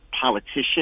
politician